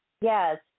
Yes